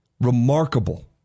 Remarkable